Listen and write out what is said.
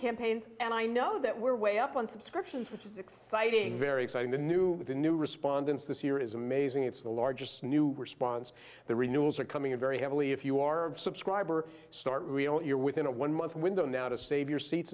campaigns and i know that we're way up on subscriptions which is exciting very exciting the new the new respondents this year is amazing it's the largest new were sponsored the renewals are coming in very heavily if you are a subscriber start rio you're within a one month window now to save your seats